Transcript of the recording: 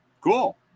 Cool